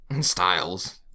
styles